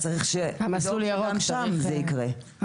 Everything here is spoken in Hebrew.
אז צריך שגם שם זה ייקרה.